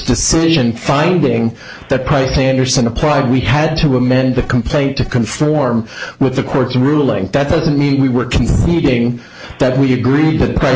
decision finding that python anderson apply we had to amend the complaint to conform with the court's ruling that doesn't mean we were conceding that we agreed that